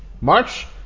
March